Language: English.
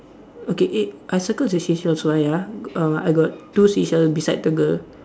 okay eh I circle the seashells what ya err I got two seashell beside the girl